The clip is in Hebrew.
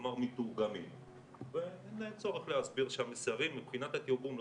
כלומר מתורגמים ואין צורך להסביר שהמסרים מבחינת התרגום לא